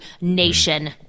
nation